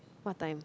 what time